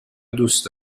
دوست